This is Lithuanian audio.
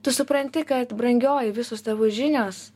tu supranti kad brangioji visos tavo žinios